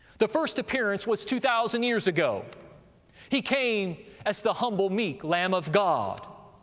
the first appearance was two thousand years ago he came as the humble, meek lamb of god,